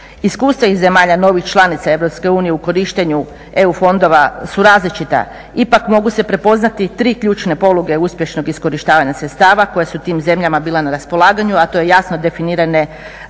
Iskustva iz zemalja novih članica Europske unije u korištenju EU fondova su različita. Ipak mogu se prepoznati tri ključne poluge uspješnog iskorištavanja sredstava koja su tim zemljama bila na raspolaganju a to je jasno definirane Vladine